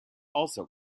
also